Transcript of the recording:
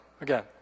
again